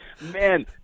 Man